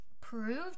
proved